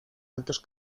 altos